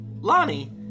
Lonnie